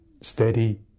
steady